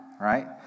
right